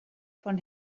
von